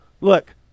Look